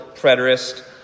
preterist